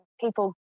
people